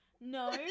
No